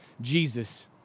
Jesus